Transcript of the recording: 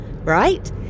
Right